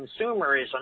consumerism